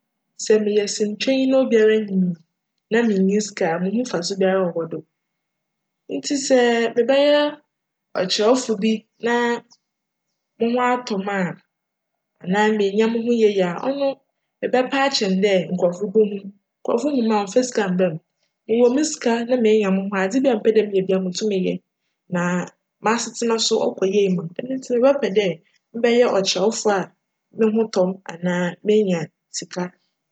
Sj meyj sene twanyi na obiara nyim me na minnyi sika a, munnhu mfaso biara a cwc do. Ntsi sj mebjyj ckyerjwfo bi na mo ho atc me a, anaa meenya moho yie a, cno mebjpj akyjn dj nkorcfo bohum. Nkorcfo hum a cmmfa sika mberj me, mo wc me sika na meenya moho a, adze biara mepj dj meyj biara mutum meyj na m'asetsena so kc yie ma me, djm ntsi mebjpj dj mebjyj ckyerjwfo a moho tc me anaa meenya sika.